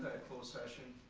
that closed session?